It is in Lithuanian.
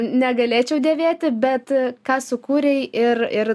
negalėčiau dėvėti bet ką sukūrei ir ir